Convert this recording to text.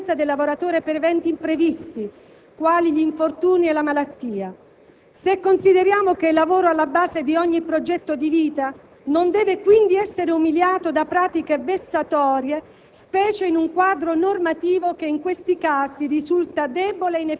come la maternità, o per vantaggi fiscali, per sgravare l'assenza del lavoratore per eventi imprevisti, quali gli infortuni e la malattia. Se consideriamo che il lavoro è alla base di ogni progetto di vita, non deve quindi essere umiliato da pratiche vessatorie,